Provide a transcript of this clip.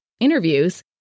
interviews